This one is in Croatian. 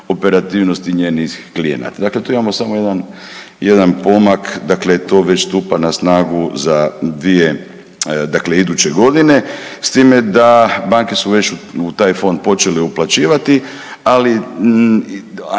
operativnosti njenih klijenata. Dakle, tu imamo samo jedan pomak, dakle to već stupa na snagu za 2, dakle iduće godine. S time da banke su već u taj fond počele uplaćivati ali